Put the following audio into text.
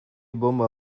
bonba